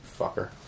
Fucker